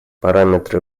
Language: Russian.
параметры